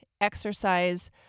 exercise